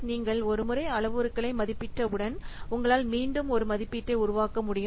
நீங்கள் ஒரு முறை அளவுருக்களை மதிப்பிட்ட உடன் உங்களால் மீண்டும் ஒரு மதிப்பீட்டை உருவாக்க முடியும்